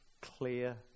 Clear